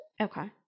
Okay